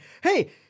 Hey